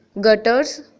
gutters